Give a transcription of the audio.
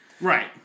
Right